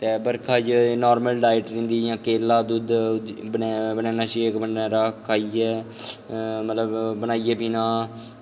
ते बरखा च नार्मल डाईट रौंह्दी जि'यां केला दुद्ध बनैना शेक खाइयै मतलब बनाइयै पीना